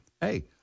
hey